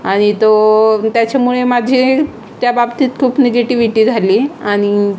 आणि तो त्याच्यामुळे माझी त्या बाबतीत खूप निगेटिविटी झाली आणि